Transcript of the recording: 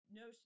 no